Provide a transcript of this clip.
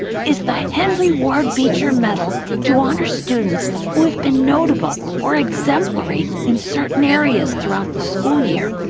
is the henry ward beecher medal to honor students who have been notable or exemplary in certain areas throughout the school year.